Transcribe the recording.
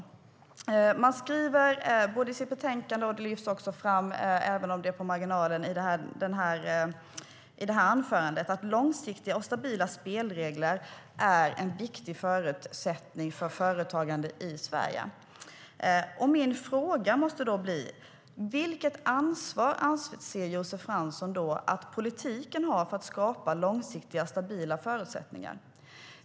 Sverigedemokraterna skriver i betänkandet, och det lyfts även fram i marginalen i Josef Franssons anförande, att långsiktiga och stabila spelregler är en viktig förutsättning för företagande i Sverige. Då blir min fråga: Vilket ansvar anser Josef Fransson att politiken har för att skapa långsiktiga och stabila förutsättningar?